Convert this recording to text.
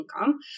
income